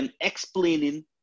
explaining